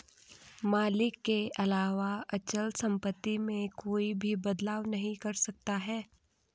मालिक के अलावा अचल सम्पत्ति में कोई भी बदलाव नहीं कर सकता है